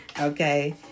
Okay